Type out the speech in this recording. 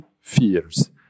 fears